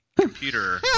computer